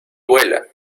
vuela